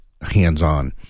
hands-on